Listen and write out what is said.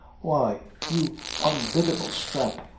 why, you onbiddable sthrap,